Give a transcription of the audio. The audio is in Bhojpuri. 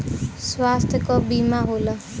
स्वास्थ्य क बीमा होला